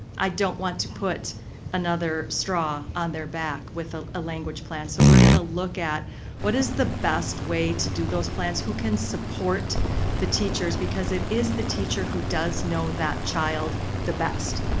i don't want to put another straw on the back with a language plan. so, we're going to look at what is the best way to do those plans, who can support the teachers because it is the teacher who does know that child the best.